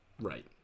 right